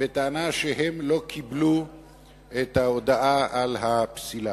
בטענה שהם לא קיבלו את ההודעה על הפסילה.